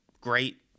great